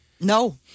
No